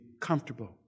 comfortable